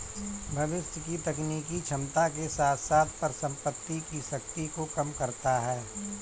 भविष्य की तकनीकी क्षमता के साथ साथ परिसंपत्ति की शक्ति को कम करता है